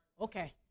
Okay